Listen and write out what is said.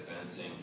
advancing